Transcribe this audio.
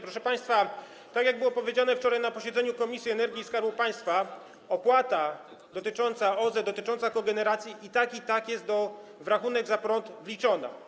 Proszę państwa, tak jak powiedziano wczoraj na posiedzeniu Komisji do Spraw Energii i Skarbu Państwa, opłata dotycząca OZE, dotycząca kogeneracji i tak, i tak jest w rachunek za prąd wliczona.